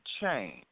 change